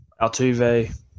Altuve